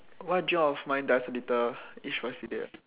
what dream of mine dies a little each passing day